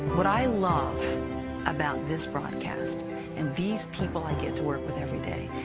what i love about this broadcast and these people i get to work with every day,